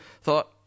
thought